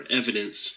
evidence